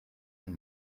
and